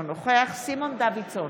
אינו נוכח סימון דוידסון,